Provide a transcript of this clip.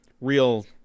real